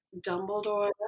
Dumbledore